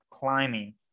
climbing